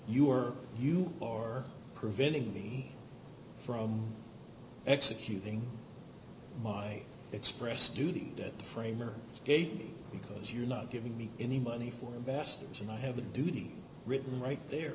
you or you or preventing me from executing my express duty that the framers gave because you're not giving me any money for investors and i have a duty written right there